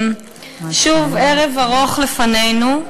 שוב ערב ארוך לפנינו,